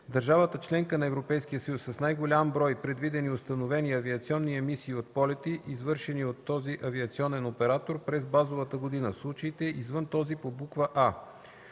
държавата – членка на Европейския съюз, с най-голям брой предвидени установени авиационни емисии от полети, извършени от този авиационен оператор през базовата година – в случаите, извън този по буква